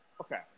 Okay